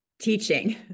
Teaching